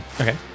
Okay